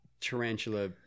tarantula